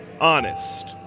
honest